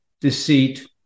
deceit